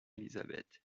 élisabeth